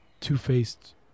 two-faced